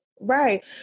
right